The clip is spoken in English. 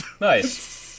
Nice